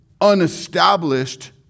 unestablished